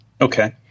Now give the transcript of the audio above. Okay